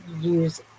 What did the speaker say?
use